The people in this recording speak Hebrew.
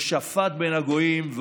ושפט בין הגוים".